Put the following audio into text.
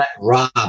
Rob